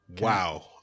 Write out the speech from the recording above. wow